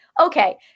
Okay